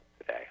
today